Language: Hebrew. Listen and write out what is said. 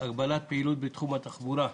(הגבלת פעילות בתחום התחבורה)